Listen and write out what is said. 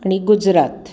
आणि गुजरात